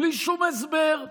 בלי שום הסבר,